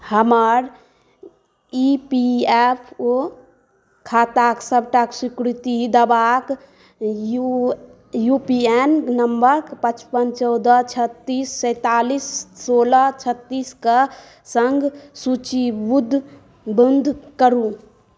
हमर E P F O खाताक सभटा स्वीकृति देबाक यू पी एन नम्बर पचपन चौदह छत्तीस सैंतालिस सोलह छत्तीसक संग सूचीबद्ध करु